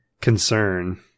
concern